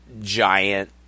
giant